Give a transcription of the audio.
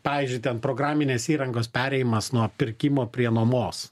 pavyzdžiui ten programinės įrangos perėjimas nuo pirkimo prie nuomos